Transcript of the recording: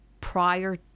prior